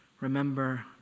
remember